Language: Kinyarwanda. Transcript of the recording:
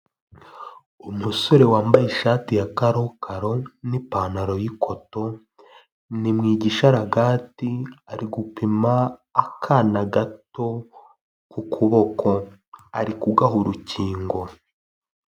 Umusore wambaye ishati ya karokaro n'ipantaro y'ikoto, ni mu gisharagati arigupima akana gato ku kuboko, ari kugaha urukingo.